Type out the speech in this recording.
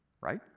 Right